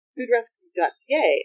Foodrescue.ca